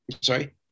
sorry